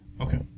Okay